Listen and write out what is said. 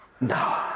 No